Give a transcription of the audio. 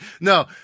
No